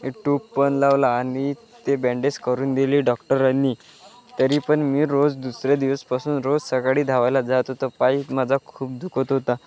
आणि टूप पण लावला आणि ते बँडेज करून दिली डॉक्टरांनी तरी पण मी रोज दुसऱ्या दिवसपासून रोज सकाळी धावायला जात होता पायही माझा खूप दुखत होता